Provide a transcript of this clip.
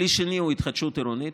כלי שני הוא התחדשות עירונית.